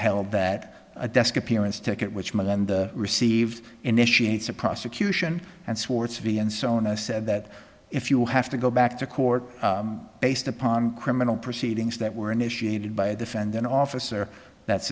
held that a desk appearance ticket which my land received initiate a prosecution and swartz v and so on i said that if you have to go back to court based upon criminal proceedings that were initiated by a defendant officer that's